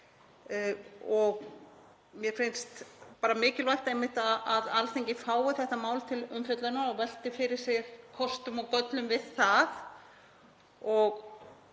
mér finnst mikilvægt að Alþingi fái þetta mál til umfjöllunar og velti fyrir sér kostum og göllum við það.